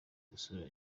gusura